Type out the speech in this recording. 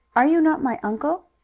are you not my uncle?